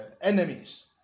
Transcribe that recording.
enemies